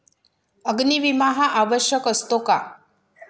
अग्नी विमा हा आवश्यक असतो का?